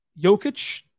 Jokic